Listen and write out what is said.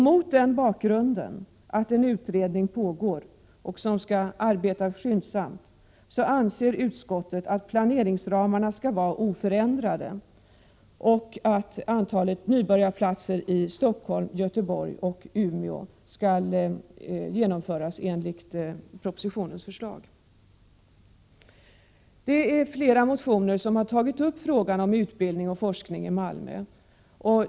Mot bakgrund av att en utredning pågår, som skall arbeta skyndsamt, anser utskottet att planeringsramarna skall vara oförändrade och att antalet nybörjarplatser i Stockholm, Göteborg och Umeå skall följa propositionens förslag. Flera motioner har tagit upp frågan om utbildning och forskning i Malmö.